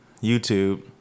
YouTube